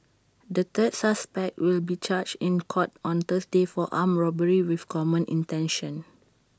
the third suspect will be charged in court on Thursday for armed robbery with common intention